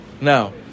Now